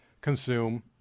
consume